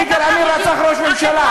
יגאל עמיר רצח ראש ממשלה,